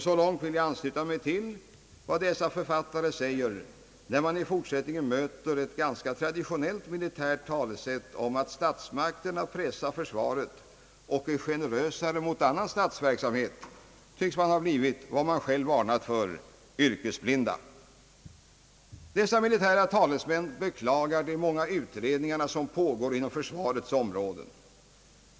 Så långt vill jag ansluta mig till vad dessa författare säger, men när man i fortsättningen möter ett ganska traditionellt militärt talesätt om att statsmakterna pressar försvaret och är generösare mot annan statsverksamhet, tycks man ha blivit vad man själv varnat för — mycket yrkesblind. Dessa militära talesmän beklagar de många utredningar som pågår inom försvarets område.